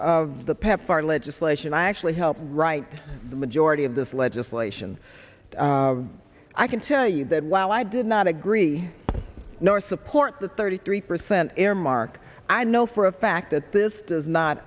of the pepfar legislation i actually helped write the majority of this legislation i can tell you that while i did not agree nor support the thirty three percent earmark i know for a fact that this does not